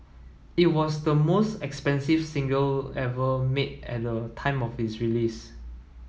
it was the most expensive single ever made at the time of its release